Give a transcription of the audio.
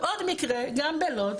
עכשיו עוד מקרה, גם בלוד,